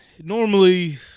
normally